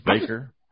Baker